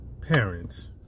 Parents